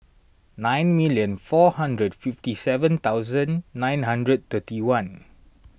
nine million four hundred fifty seven thousand nine hundred thirty one